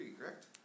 correct